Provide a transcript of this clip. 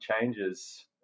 changes